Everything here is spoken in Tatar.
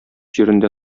җирендә